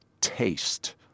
taste